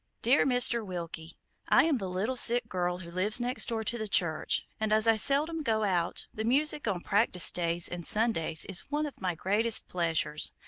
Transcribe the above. dear mr. wilkie i am the little sick girl who lives next door to the church, and, as i seldom go out, the music on practice days and sundays is one of my greatest pleasures.